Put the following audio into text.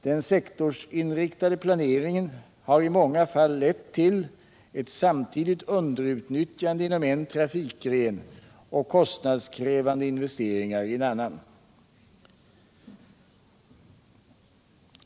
Den sektorsinriktade planeringen har i många fall lett till ett samtidigt underutnyttjande inom en trafikgren och kostnadskrävande investeringar i en annan.